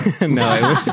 no